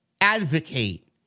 advocate